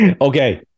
okay